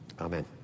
Amen